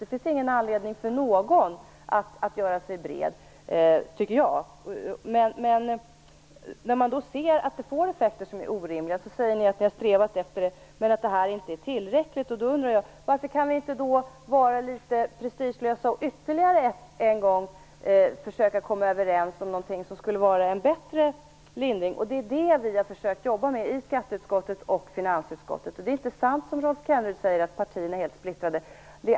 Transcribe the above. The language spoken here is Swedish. Jag tycker inte att finns anledning för någon att göra sig bred. När detta får effekter som är orimliga säger ni att ni har strävat efter att lindra det, men att detta inte är tillräckligt. Då undrar jag varför vi inte kan vara litet prestigelösa och försöka komma överens ytterligare en gång om någonting som skulle vara en bättre lindring. Det är detta vi har försökt jobba med i skatteutskottet och finansutskottet. Det är inte sant som Rolf Kenneryd säger att partierna är helt splittrade.